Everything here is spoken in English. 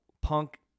punk